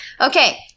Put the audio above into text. Okay